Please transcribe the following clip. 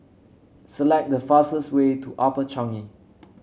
select the fastest way to Upper Changi